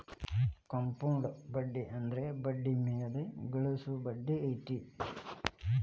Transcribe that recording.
compound ಬಡ್ಡಿ ಅಂದ್ರ ಬಡ್ಡಿ ಮ್ಯಾಲೆ ಗಳಿಸೊ ಬಡ್ಡಿ ಐತಿ